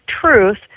truth